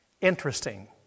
Interesting